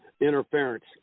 interference